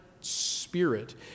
spirit